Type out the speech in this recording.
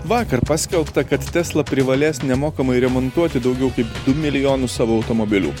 vakar paskelbta kad tesla privalės nemokamai remontuoti daugiau kaip du milijonus savo automobilių